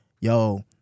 yo